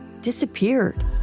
disappeared